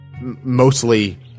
mostly